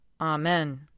Amen